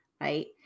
right